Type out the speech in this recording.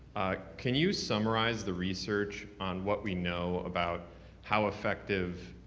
can you summarize the research on what we know about how effective